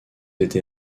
été